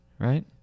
Right